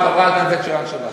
סליחה, חברת הכנסת שרן השכל.